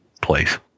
place